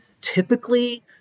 typically